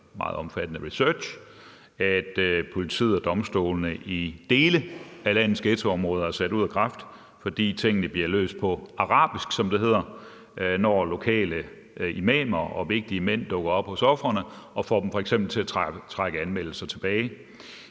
efter omfattende research skrev, at politiet og domstolene i dele af landets ghettoområder er sat ud af kraft, fordi tingene bliver løst på arabisk, som det hedder, når lokale og vigtige mænd dukker op hos ofrene og f.eks. får dem til at trække anmeldelser tilbage.